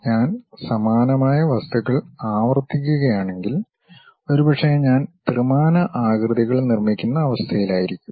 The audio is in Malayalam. ഞാൻ സമാനമായ വസ്തുക്കൾ ആവർത്തിക്കുകയാണെങ്കിൽ ഒരുപക്ഷേ ഞാൻ ത്രിമാന ആകൃതികൾ നിർമ്മിക്കുന്ന അവസ്ഥയിലായിരിക്കും